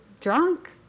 drunk